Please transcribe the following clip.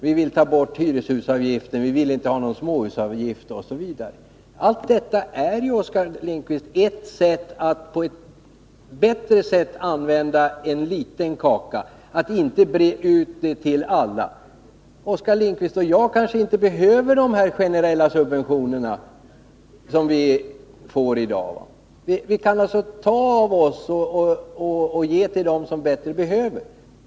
Vi vill ta bort hyreshusavgiften, vi vill inte ha någon småhusavgift osv. Allt detta är ju, Oskar Lindkvist, ett sätt att bättre använda en liten kaka — att inte breda ut subventionerna till alla. Oskar Lindkvist och jag kanske inte behöver de generella subventioner som vi får i dag. Man kan alltså ta från oss och ge till dem som bättre behöver det.